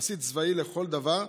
בסיס צבאי לכל דבר,